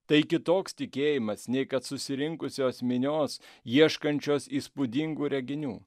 tai kitoks tikėjimas nei kad susirinkusios minios ieškančios įspūdingų reginių